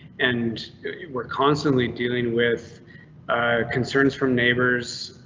and we're constantly dealing with concerns from neighbors.